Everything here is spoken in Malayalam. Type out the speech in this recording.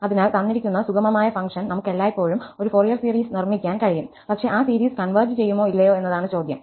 അതിനാൽ തന്നിരിക്കുന്ന സുഗമമായ ഫംഗ്ഷൻ നമുക്ക് എല്ലായ്പ്പോഴും ഒരു ഫൊറിയർ സീരീസ് നിർമ്മിക്കാൻ കഴിയും പക്ഷേ ആ സീരീസ് കൺവെർജ് ചെയ്യുമോ ഇല്ലയോ എന്നതാണ് ചോദ്യം